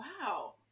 wow